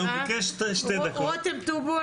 רותם טובול,